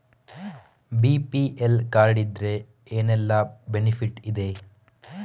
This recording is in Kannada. ಬಿ.ಪಿ.ಎಲ್ ಕಾರ್ಡ್ ಇದ್ರೆ ಏನೆಲ್ಲ ಬೆನಿಫಿಟ್ ಇದೆ?